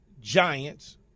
Giants